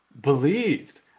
believed